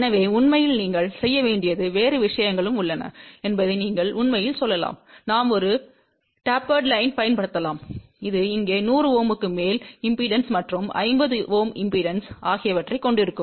எனவே உண்மையில் நீங்கள் செய்ய வேண்டியது வேறு விஷயங்களும் உள்ளன என்பதை நீங்கள் உண்மையில் சொல்லலாம் நாம் ஒரு டேப்பர்ட் லைன்யைப் பயன்படுத்தலாம் இது இங்கே 100 Ω க்கு மேல் இம்பெடன்ஸ் மற்றும் 50 Ω இம்பெடன்ஸ் ஆகியவற்றைக் கொண்டிருக்கும்